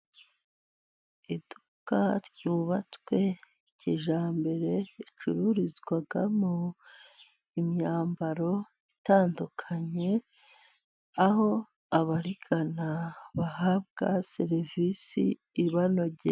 Iduka ryubatswe kijyambere ricururizwamo imyambaro itandukanye, aho abarigana bahabwa serivisi ibanogeye.